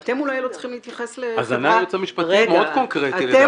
אז אמר היועץ המשפטי מאוד קונקרטי לדעתי.